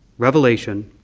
revelation,